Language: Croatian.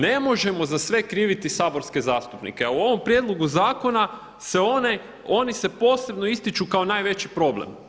Ne možemo za sve kriviti saborske zastupnike, a u ovom prijedlogu zakona se oni posebno ističu kao najveći problem.